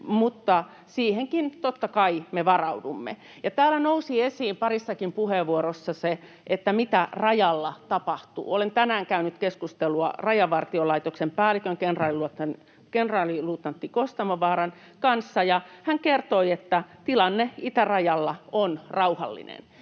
mutta siihenkin, totta kai, me varaudumme. Täällä nousi esiin parissakin puheenvuorossa se, että mitä rajalla tapahtuu. Olen tänään käynyt keskustelua Rajavartiolaitoksen päällikön, kenraaliluutnantti Kostamovaaran kanssa, ja hän kertoi, että tilanne itärajalla on rauhallinen.